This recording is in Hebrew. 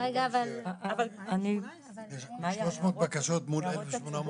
יש 300 בקשות מול 1,800